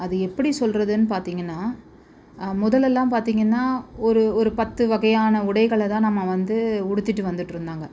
அது எப்படி சொல்கிறதுன்னு பார்த்தீங்கன்னா முதலெல்லாம் பார்த்தீங்கன்னா ஒரு ஒரு பத்து வகையான உடைகளை தான் நம்ம வந்து உடுத்திகிட்டு வந்துட்டு இருந்தாங்க